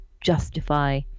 justify